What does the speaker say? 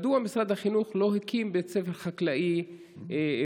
1. מדוע משרד החינוך לא הקים בית ספר חקלאי בעבר,